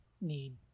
need